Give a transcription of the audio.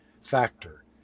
factor